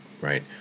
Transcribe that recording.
right